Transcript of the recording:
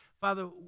Father